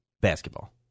basketball